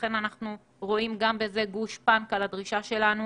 לכן, אנחנו רואים גם בזה גושפנקה לדרישה שלנו